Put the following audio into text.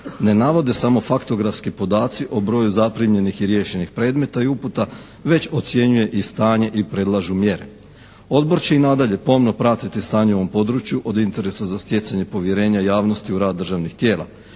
ne navode samo faktografski podaci o broju zaprimljenih i riješenih predmeta i uputa, već ocjenjuje i stanje i predlažu mjere. Odbor će i nadalje pomno pratiti stanje u ovom području od interesa za stjecanje povjerenja javnosti u rad državnih tijela.